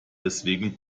deswegen